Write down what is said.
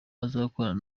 azakorana